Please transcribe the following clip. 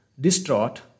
Distraught